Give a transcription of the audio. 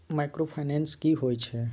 Microfinance की होय छै?